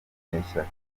munyeshyaka